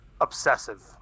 obsessive